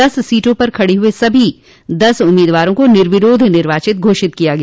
दस सीटों पर खड़े हुए सभी दस उम्मीदवारों को निर्विरोध निर्वाचित घोषित कर दिया गया